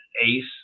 ace